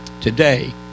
today